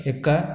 हिक